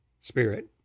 spirit